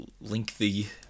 lengthy